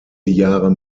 jahre